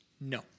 No